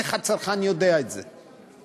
איך הצרכן יודע את זה?